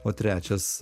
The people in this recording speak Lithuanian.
o trečias